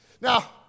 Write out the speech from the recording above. Now